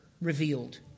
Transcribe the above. revealed